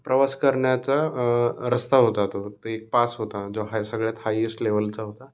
प्रवास करण्याचा रस्ता होता तो त एक पास होता जो हाय सगळ्यात हायस्ट लेवलचा होता